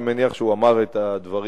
אני מניח שהוא אמר את הדברים.